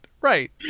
right